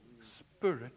Spirit